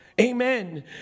Amen